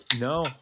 No